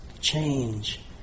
change